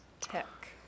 Tech